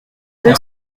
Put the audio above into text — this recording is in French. deux